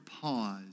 pause